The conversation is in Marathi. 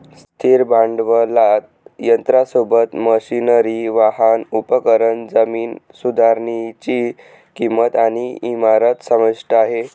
स्थिर भांडवलात यंत्रासोबत, मशनरी, वाहन, उपकरण, जमीन सुधारनीची किंमत आणि इमारत समाविष्ट आहे